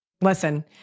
Listen